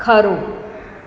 ખરું